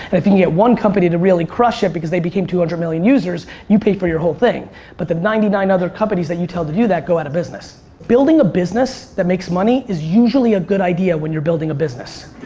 and if you can get one company to really crush it because they became two hundred million users, you pay for your whole thing but the ninety nine other companies that you tell to do that go out of business. building a business that makes money is usually a good idea when you're building a business.